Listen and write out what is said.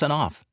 off